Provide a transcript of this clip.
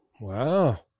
wow